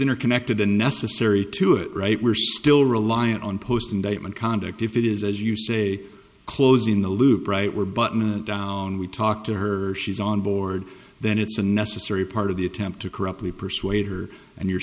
interconnected a necessary to it right we're still reliant on post indictment conduct if it is as you say closing the loop right we're button and own we talked to her or she's on board then it's a necessary part of the attempt to corruptly persuade her and you're